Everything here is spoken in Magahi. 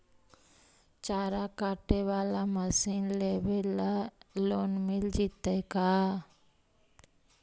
चारा काटे बाला मशीन लेबे ल लोन मिल जितै का?